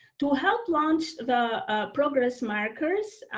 to help launch the progress markers.